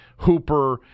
Hooper